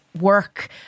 work